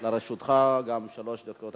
גם לרשותך שלוש דקות.